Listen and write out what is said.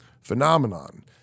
phenomenon